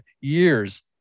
years